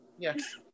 Yes